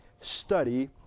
study